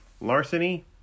larceny